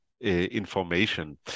information